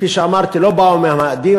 כפי שאמרתי, לא באו מהמאדים.